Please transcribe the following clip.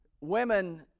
women